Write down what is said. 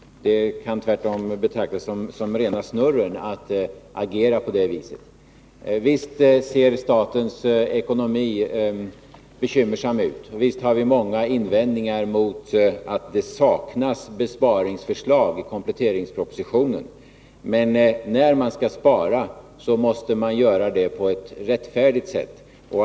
Det kan tvärtom betraktas som rena snurren att agera på det viset. Visst ser statens ekonomi bekymmersam ut, och visst har vi många invändningar mot att det saknas besparingsförslag i kompletteringspropositionen. Men när man skall spara måste man göra det på ett rättfärdigt sätt.